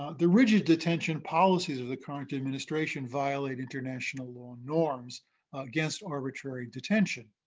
ah the rigid detention policies of the current administration violate international law norms against arbitrary detention.